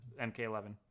mk11